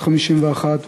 בת 51,